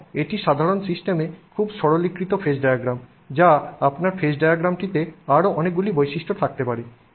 এবং এটি সাধারণ সিস্টেমে খুব সরলীকৃত ফেজ ডায়াগ্রাম যা আপনার ফেজ ডায়াগ্রামটিতে আরও অনেকগুলি বৈশিষ্ট্য থাকতে পারে